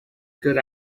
good